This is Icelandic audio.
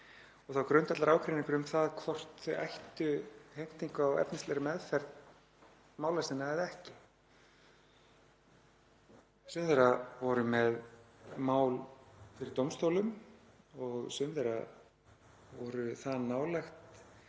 og þá var grundvallarágreiningur um hvort þau ættu heimtingu á efnislegri meðferð mála sinna eða ekki. Sum þeirra voru með mál fyrir dómstólum og sum þeirra voru það nálægt